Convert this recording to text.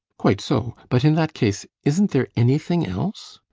quite so. but, in that case, isn't there anything else?